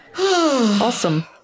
Awesome